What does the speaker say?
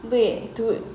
wait dude